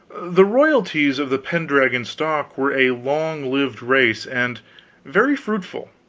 the royalties of the pendragon stock were a long-lived race and very fruitful.